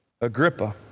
agrippa